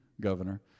governor